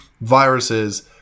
viruses